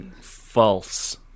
False